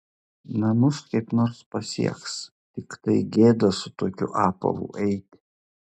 namus kaip nors pasieks tiktai gėda su tokiu apavu eiti